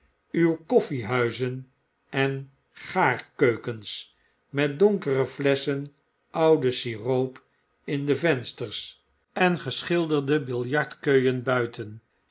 uw koffiehuizen en gaarkeukens met donkere flesschen oude siroop in de vensters en geschilderde biljartkeuen buiten